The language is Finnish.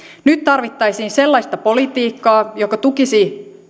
nyt tarvittaisiin sellaista politiikkaa joka tukisi